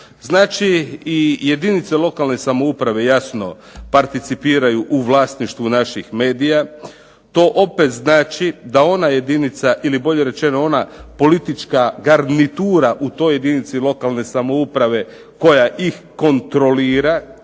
Znači, i jedinice lokalne samouprave jasno participiraju u vlasništvu naših medija. To opet znači da ona jedinica ili bolje rečeno ona politička garnitura u toj jedinici lokalne samouprave koja ih kontrolira